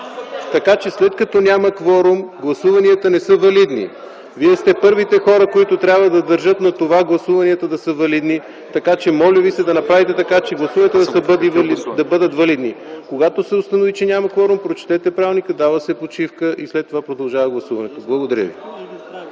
кворум! След като няма кворум, гласуванията не са валидни. Вие сте първите хора, които трябва да държат на това гласуванията да са валидни. Моля ви се да направите така, че гласуванията да бъдат валидни. Когато се установи, че няма кворум – прочетете правилника, се дава почивка и след това продължава гласуването. Благодаря Ви.